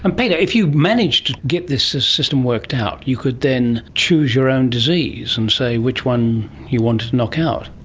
and peter, if you manage to get this system worked out, you could then choose your own disease and say which one you wanted to knock out.